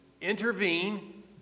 intervene